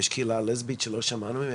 ויש קהילה לסבית שלא שמענו.